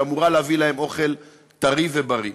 שאמורה להביא להם אוכל טרי ובריא.